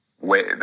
Wait